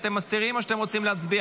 האם אתם מסירים או שאתם רוצים להצביע?